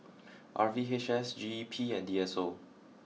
R V H S G E P and D S O